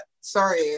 Sorry